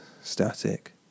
Static